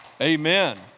Amen